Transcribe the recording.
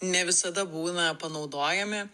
ne visada būna panaudojami